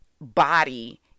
body